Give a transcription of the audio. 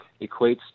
equates